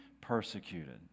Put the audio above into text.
persecuted